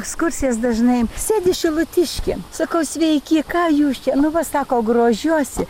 ekskursijas dažnai sėdi šilutiškė sakau sveiki ką jūs čia nu va sako grožiuosi